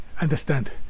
understand